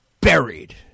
buried